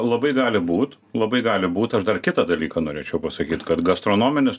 labai gali būti labai gali būti aš dar kitą dalyką norėčiau pasakyti kad gastronominis